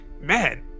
man